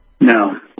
No